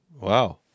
wow